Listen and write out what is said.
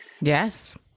Yes